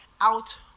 out